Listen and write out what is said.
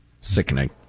Sickening